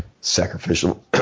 sacrificial